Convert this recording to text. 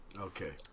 Okay